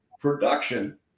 production